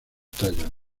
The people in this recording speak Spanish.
tallos